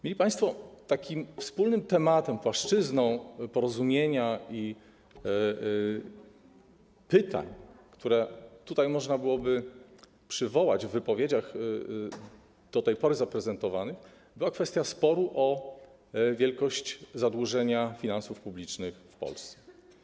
Mili państwo, wspólnym tematem, płaszczyzną porozumienia i pytań, które tutaj można byłoby przywołać, które padły w wypowiedziach do tej pory zaprezentowanych, była kwestia sporu o wielkość zadłużenia finansów publicznych w Polsce.